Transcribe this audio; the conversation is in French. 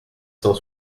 cent